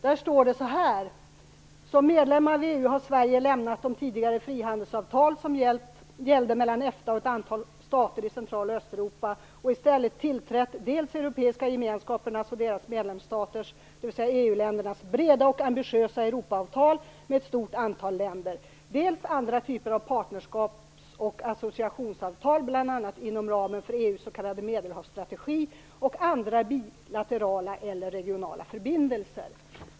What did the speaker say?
Där står det så här: Som medlemmar i EU har Sverige lämnat de tidigare frihandelsavtal som gällde mellan EFTA och ett antal stater i Central och Östeuropa och i stället tillträtt dels europeiska gemenskapernas och deras medlemsstaters, dvs. EU-ländernas breda och ambitiösa Europaavtal med ett stort antal länder, dels andra typer av partnerskaps och associationsavtal bl.a. inom ramen för EU:s s.k. medelhavsstrategi och andra bilaterala eller regionala förbindelser.